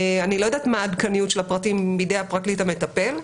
אני לא יודעת מה העדכניות של הפרטים בידי הפרקליט המטפל,